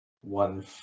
one